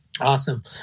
Awesome